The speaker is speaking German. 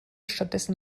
stattdessen